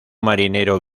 marinero